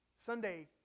Sunday